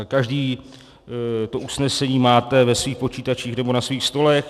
Všichni to usnesení máte ve svých počítačích nebo na svých stolech.